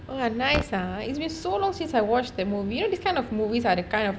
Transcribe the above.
!wah! nice ah it's been so long since I watch that movie you this kind of movies are the kind of